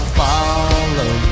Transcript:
follow